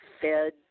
fed